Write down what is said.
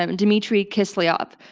ah and dmitry kiselyov,